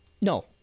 no